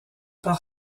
par